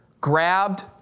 Grabbed